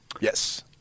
Yes